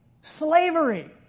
Slavery